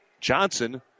Johnson